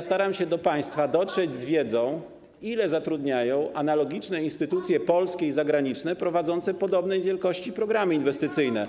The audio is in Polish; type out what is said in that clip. staram się do państwa dotrzeć z wiedzą, ile zatrudniają analogiczne instytucje polskie i zagraniczne prowadzące podobnej wielkości programy inwestycyjne.